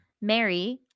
Mary